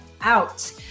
out